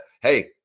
Hey